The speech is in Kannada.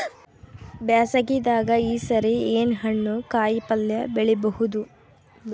ಬ್ಯಾಸಗಿ ದಾಗ ಈ ಸರಿ ಏನ್ ಹಣ್ಣು, ಕಾಯಿ ಪಲ್ಯ ಬೆಳಿ ಬಹುದ?